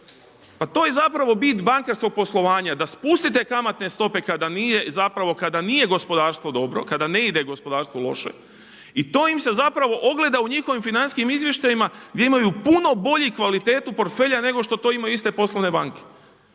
Pa to je zapravo bit bankarskog poslovanja, da spusti te kamatne stope kada nije, zapravo kada nije gospodarstvo dobro, kada ne ide gospodarstvu loše. I to im se zapravo ogleda u njihovim financijskim izvještajima gdje imaju puno bolji kvalitetu portfelja nego što to imaju iste poslovne banke.